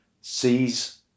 sees